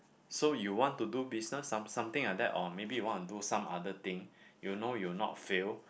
so you want to do business some something like that or maybe you want to do some other thing you know you'll not fail